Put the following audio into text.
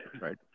right